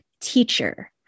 teacher